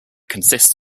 consists